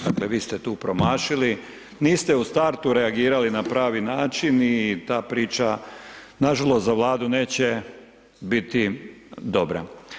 Dakle, vi ste tu promašili, niste u startu reagirali na pravi način i ta priča nažalost za Vladu neće biti dobra.